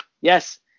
yes